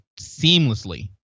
seamlessly